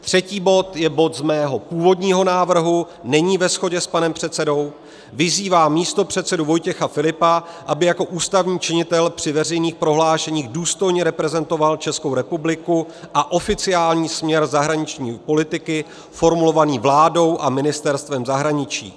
Třetí bod je bod z mého původního návrhu není ve shodě s panem předsedou: vyzývá místopředsedu Vojtěcha Filipa, aby jako ústavní činitel při veřejných prohlášeních důstojně reprezentoval ČR a oficiální směr zahraniční politiky formulovaný vládou a Ministerstvem zahraničí.